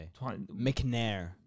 McNair